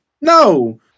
No